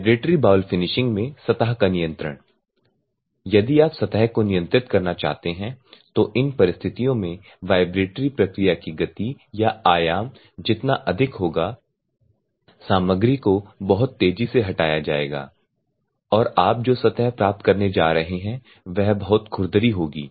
vibratory bowl finishing में सतह का नियंत्रण यदि आप सतह को नियंत्रित करना चाहते हैं तो इन परिस्थितियों में वाइब्रेटरी प्रक्रिया की गति या आयाम जितना अधिक होगा सामग्री को बहुत तेजी से हटाया जाएगा और आप जो सतह प्राप्त करने जा रहे हैं वह बहुत खुरदरी सतह होगी